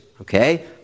Okay